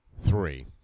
three